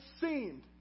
seemed